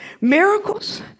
miracles